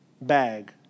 bag